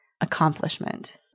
accomplishment